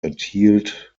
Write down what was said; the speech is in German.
enthielt